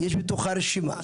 יש בתוכה רשימה,